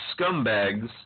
scumbags